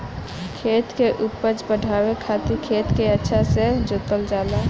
खेत के उपज बढ़ावे खातिर खेत के अच्छा से जोतल जाला